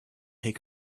take